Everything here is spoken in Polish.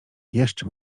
jeszcze